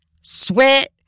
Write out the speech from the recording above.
sweat